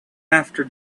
after